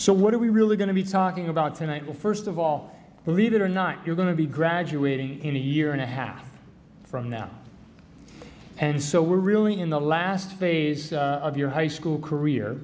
so what do we really going to be talking about tonight well first of all believe it or not you're going to be graduating in a year and a half from now and so we're really in the last phase of your high school career